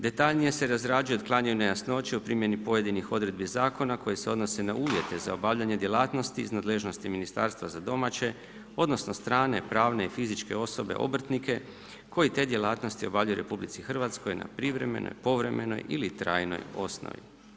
Detaljnije se razrađuje otklanjanje nejasnoće u primjeni pojedinih odredbi zakona koje se odnose na uvjete za obavljanje djelatnosti iz nadležnosti ministarstva za domaće, odnosno strane pravne i fizičke osobe, obrtnike koji te djelatnosti obavljaju u RH na privremenoj, povremenoj ili trajnoj osnovi.